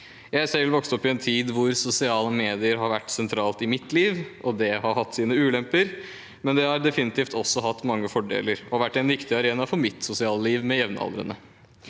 Jeg har selv vokst opp i en tid med sosiale medier. Det har vært sentralt i mitt liv. Det har hatt sine ulemper, men det har definitivt også hatt mange fordeler og vært en viktig arena for mitt sosiale liv med jevnaldrende.